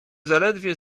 zaledwie